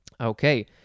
Okay